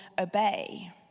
obey